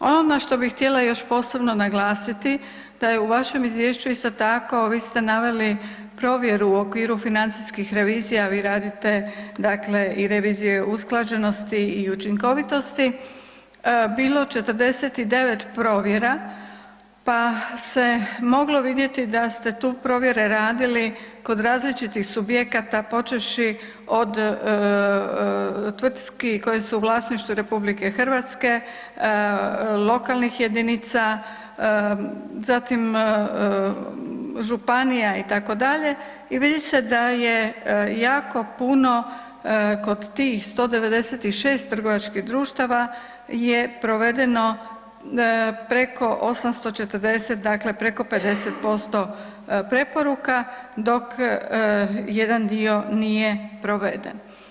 Ono na što bi htjela još posebno naglasiti da je u vašem izvješću isto tako, vi ste naveli provjeru u okviru financijskih revizija, vi radite dakle i revizije usklađenosti i učinkovitosti, bilo 49 provjera, pa se moglo vidjeti da ste tu provjere radili kod različitih subjekata, počevši od tvrtki koji su u vlasništvu RH, lokalnih jedinica, zatim županija itd. i vidi se da je jako puno kod tih 196 trgovačkih društava je provedeno preko 840, dakle preko 50% preporuka, dok jedan dio nije proveden.